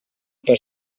per